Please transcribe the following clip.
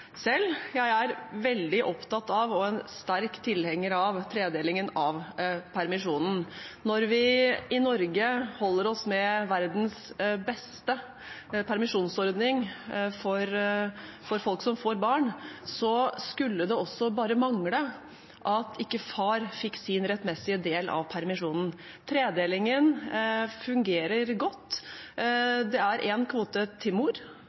selv. Jeg er veldig opptatt av og en sterk tilhenger av tredelingen av permisjonen. Når vi i Norge holder oss med verdens beste permisjonsordning for folk som får barn, skulle det også bare mangle at ikke far fikk sin rettmessige del av permisjonen. Tredelingen fungerer godt. Det er én kvote til mor